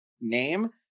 name